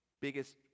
biggest